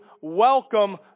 welcome